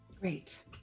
Great